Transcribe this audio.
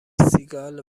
سیگال